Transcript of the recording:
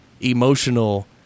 emotional